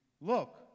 Look